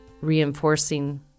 reinforcing